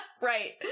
Right